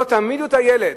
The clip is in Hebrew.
לא, תעמידו את הילד.